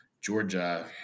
Georgia